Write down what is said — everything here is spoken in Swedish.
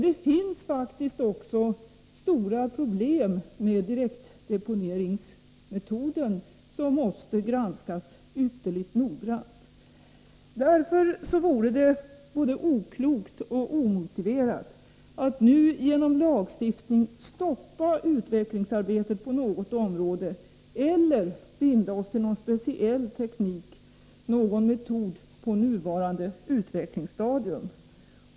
Det finns faktiskt också stora problem med direktdeponeringsmetoden, som måste granskas ytterligt noggrant. Därför vore det både oklokt och omotiverat att nu genom lagstiftning stoppa utvecklingsarbetet på något område eller binda oss till någon speciell teknik eller metod på nuvarande utvecklingsstadium.